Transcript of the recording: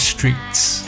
Streets